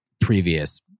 previous